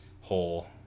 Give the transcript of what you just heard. whole